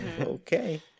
Okay